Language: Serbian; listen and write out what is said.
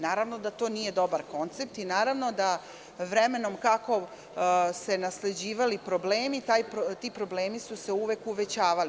Naravno da to nije dobar koncept i naravno da vremenom, kako su se nasleđivali problemi, ti problemi su se uvek uvećavali.